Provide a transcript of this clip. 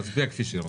נצביע כפי שהיא רוצה.